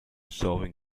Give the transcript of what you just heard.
solving